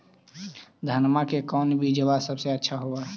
धनमा के कौन बिजबा सबसे अच्छा होव है?